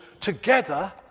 together